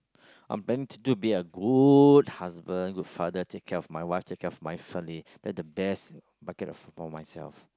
I'm planning to be a good husband good father take care of my wife take care of my family let the best bucket list for myself